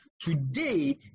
Today